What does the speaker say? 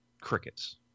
Crickets